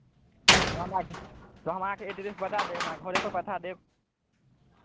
तऽ हमरा तऽ हम अहाँकेँ एड्रेस बता देब हमरा घरेपर पठा देब